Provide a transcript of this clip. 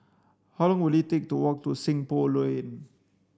how long will it take to walk to Seng Poh Lane